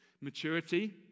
Maturity